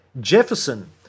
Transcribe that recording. Jefferson